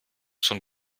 von